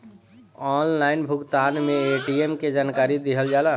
Online भुगतान में ATM के जानकारी दिहल जाला?